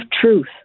truth